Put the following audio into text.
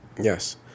Yes